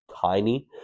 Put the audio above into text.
tiny